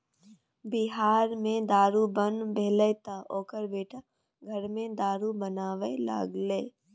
बिहार मे दारू बन्न भेलै तँ ओकर बेटा घरेमे दारू बनाबै लागलै